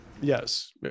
Yes